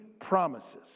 promises